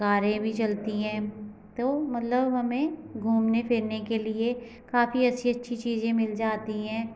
कारें भी चलती हैं तो मतलब हमें घूमने फ़िरने के लिए काफ़ी अच्छी अच्छी चीज़ें मिल जाती हैं